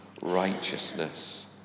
righteousness